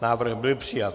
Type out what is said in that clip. Návrh byl přijat.